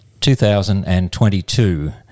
2022